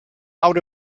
out